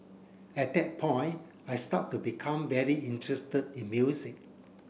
at that point I start to become very interested in music